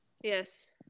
Yes